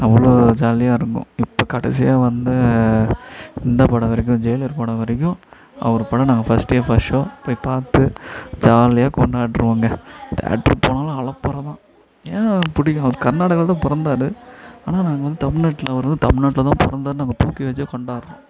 அவ்வளோ ஜாலியாயிருக்கும் இப்போ கடைசியாக வந்த இந்த படம் வரைக்கும் ஜெயிலர் படம் வரைக்கும அவர் படம் நாங்கள் ஃபஸ்ட் டே ஃபஸ்ட் ஷோ போய் பார்த்து ஜாலியாக கொண்டாடுறோங்க தேட்டர் போனாலும் அலப்பறை தான் ஏன் பிடிக்கும் அவர் கர்நாடகாவில் தான் பிறந்தாரு ஆனால் நாங்கள் வந்து தமிழ்நாட்டில் அவரை தான் தமிழ்நாட்டில் தான் பிறந்தாருனு நாங்கள் தூக்கி வைச்சே கொண்டாடுறோம்